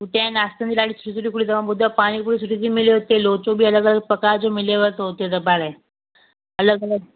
उते हाणे नास्ते में ॾाढी ॿुधो आ पानीपुरी सुठी ती मिले उते लोचो बि अलॻि अलॻि प्रकार जो मिलेव तो उते अलॻि अलॻि